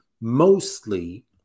Mostly